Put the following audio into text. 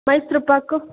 Mysuru pak